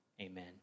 amen